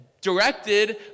directed